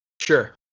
Sure